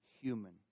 human